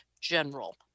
general